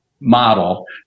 model